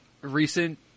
Recent